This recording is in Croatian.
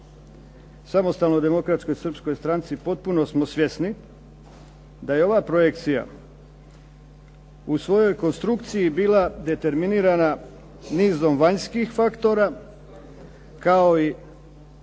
Samostalnoj demokratskoj srpskoj stranci potpuno smo svjesni da je ova projekcija u svojoj konstrukciji bila determinirana nizom vanjskih faktora, kao i